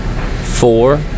Four